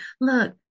look